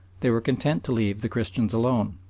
they were content to leave the christians alone.